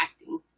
acting